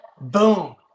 Boom